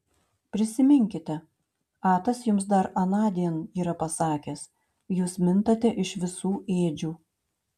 prisiminkite atas jums dar anądien yra pasakęs jūs mintate iš visų ėdžių